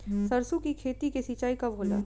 सरसों की खेती के सिंचाई कब होला?